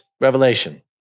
Revelation